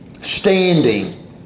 standing